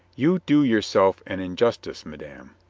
you do yourself an injustice, madame.